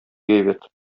әйбәт